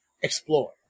explore